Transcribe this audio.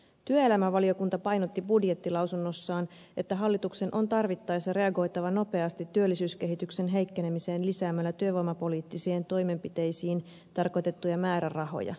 työelämävaliokunta painotti budjettilausunnossaan että hallituksen on tarvittaessa reagoitava nopeasti työllisyyskehityksen heikkenemiseen lisäämällä työvoimapoliittisiin toimenpiteisiin tarkoitettuja määrärahoja